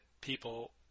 people